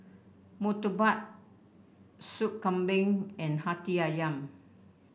murtabak Sup Kambing and hati ayam